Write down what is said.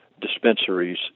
dispensaries